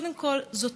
קודם כול, זו